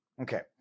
Okay